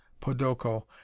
Podoko